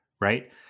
right